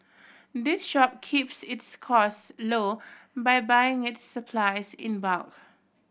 the shop keeps its costs low by buying its supplies in bulk